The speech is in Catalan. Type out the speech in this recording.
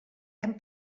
hem